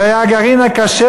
זה היה הגרעין הקשה,